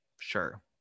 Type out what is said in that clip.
sure